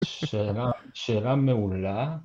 שאלה, שאלה מעולה...